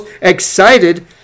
excited